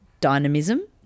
Dynamism